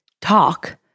talk